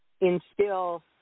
instill